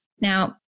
Now